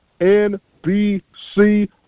NBC